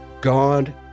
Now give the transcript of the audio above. God